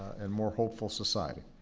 and more hopeful society.